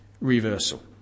reversal